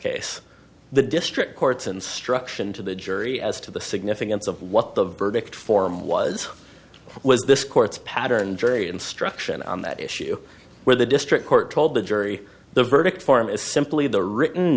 case the district court's instruction to the jury as to the significance of what the verdict form was was this court's pattern jury instruction on that issue where the district court told the jury the verdict form is simply the written